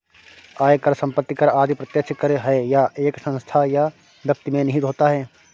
आयकर, संपत्ति कर आदि प्रत्यक्ष कर है यह एक संस्था या व्यक्ति में निहित होता है